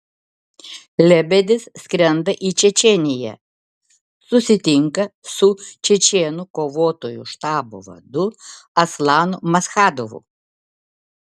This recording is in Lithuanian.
lebedis skrenda į čečėniją susitinka su čečėnų kovotojų štabo vadu aslanu maschadovu